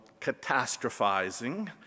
catastrophizing